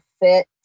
fit